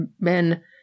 men